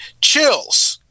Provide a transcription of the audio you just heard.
chills